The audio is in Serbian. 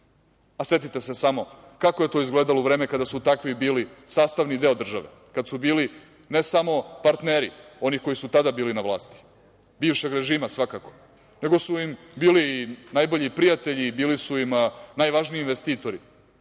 ubijaju. Setite se samo kako je to izgledalo u vreme kada su takvi bili sastavni deo države, kad su bili ne samo partneri, oni koji su tada bili na vlasti, bivšeg režima, svakako, nego su im bili i najbolji prijatelji, bili su im najvažniji investitori.